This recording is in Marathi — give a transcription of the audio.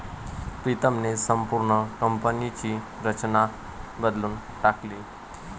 प्रीतमने संपूर्ण कंपनीची रचनाच बदलून टाकली